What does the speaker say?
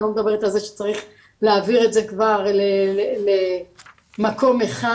אני לא מדברת על זה שצריך להעביר את זה כבר למקום אחד,